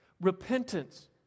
Repentance